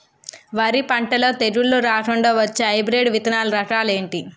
వరి పంటలో తెగుళ్లు రాకుండ వచ్చే హైబ్రిడ్ విత్తనాలు రకాలు ఏంటి?